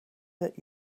that